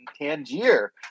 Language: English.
Tangier